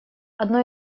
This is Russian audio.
одной